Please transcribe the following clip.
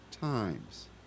times